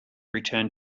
return